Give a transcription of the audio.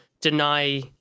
deny